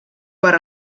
per